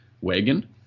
wagon